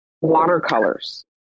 watercolors